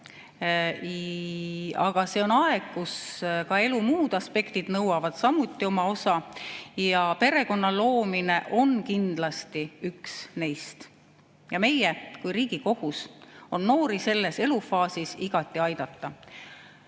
See on aeg, kus ka elu muud aspektid nõuavad oma osa. Perekonna loomine on kindlasti üks neist. Meie kui riigi kohus on noori selles elufaasis igati aidata: